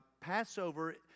Passover